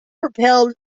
propelled